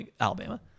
Alabama